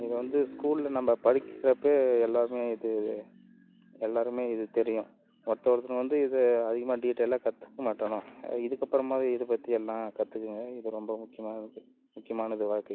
இதை வந்து ஸ்கூலில் நம்ப படிக்கிறப்பபோ எல்லோருக்குமே இது எல்லோருக்குமே இது தெரியும் ஒருத்த ஒருத்தவங்க வந்து இதை அதிகமாக டீட்டெய்லாக கற்றுக்க மாட்டாங்க இதுக்கப்புறமாவது இதை பற்றி எல்லாம் கற்றுக்குங்க இது ரொம்ப முக்கியமானது முக்கியமானது வாழ்க்கைக்கு